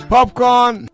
Popcorn